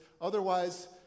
otherwise